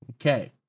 Okay